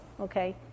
Okay